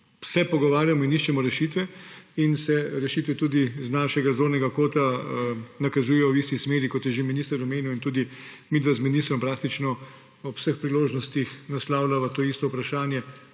pogovarjam in iščemo rešitve in se rešitve tudi z našega zornega kota nakazujejo v isti smeri, kot je že minister omenjal. Tudi midva z ministrom praktično ob vseh priložnostih naslavljava to isto vprašanje